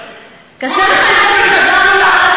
כשאתה אומר כיבוש אתה מתכוון ל-48'.